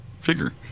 figure